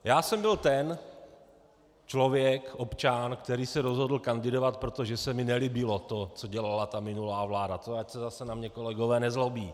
Já jsem byl ten člověk, občan, který se rozhodl kandidovat, protože se mi nelíbilo to, co dělala ta minulá vláda, to ať se zase na mě kolegové nezlobí.